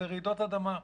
שזה רעידות אדמה.